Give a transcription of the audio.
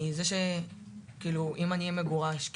מזה שאם אני אהיה מגורש,